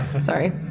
Sorry